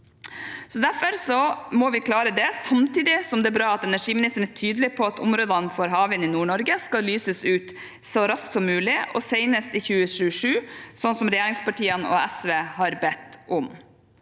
Det må vi klare. Samtidig er det bra at energiministeren er tydelig på at områdene for havvind i Nord-Norge skal lyses ut så raskt som mulig, og senest i 2027, slik regjeringspartiene og SV har bedt om.